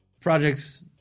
projects